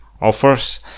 offers